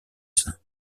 sein